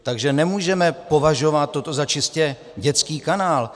Takže nemůžeme považovat toto za čistě dětský kanál.